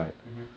mmhmm